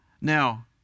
Now